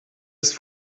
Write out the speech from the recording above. ist